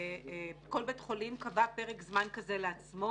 כל בית חולים קבע פרק זמן כזה לעצמו.